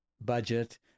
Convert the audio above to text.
budget